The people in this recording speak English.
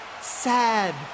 sad